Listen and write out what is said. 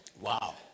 wow